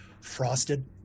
frosted